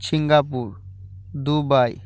Singapore Dubai